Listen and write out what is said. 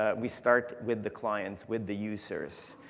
ah we start with the clients, with the users.